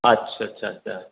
आदसा आदसा आदसा